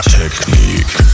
technique